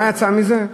מה יצא מזה?